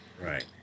right